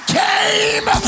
came